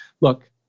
look